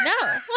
No